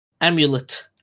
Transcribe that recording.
Amulet